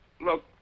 Look